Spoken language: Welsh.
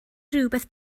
rywbeth